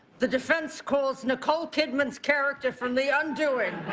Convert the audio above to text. the defense calls nicole kidman's character from the undoing.